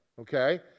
okay